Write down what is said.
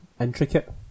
intricate